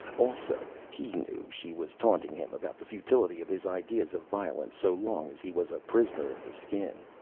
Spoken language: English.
also, he knew, she was taunting him about the futility of his ideas of violence so long as he was a prisoner of the skin.